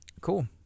Cool